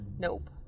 Nope